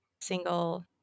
single